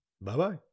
Bye-bye